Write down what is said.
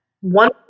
one